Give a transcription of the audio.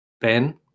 Ben